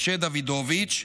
משה דוידוביץ,